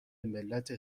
ملت